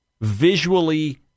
visually